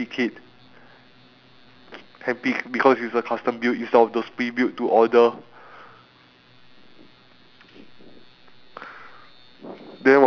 it was when like I felt happiness for owning such a monster machine that allows me to play any games that I want to play as sm~ smooth !huh!